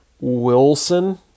Wilson